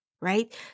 Right